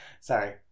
sorry